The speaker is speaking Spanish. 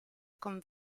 con